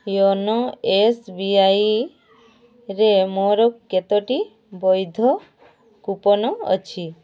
YONO ଏସ୍ବିଆଇରେ ମୋର କେତୋଟି ବୈଧ କୁପନ୍ ଅଛି